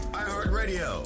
iHeartRadio